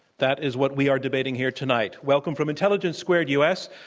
that is what we're debating here tonight. welcome from intelligence squared u. s.